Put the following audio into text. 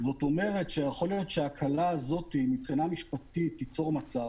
כלומר יכול להיות שההקלה הזו מבחינה משפטית תיצור מצב,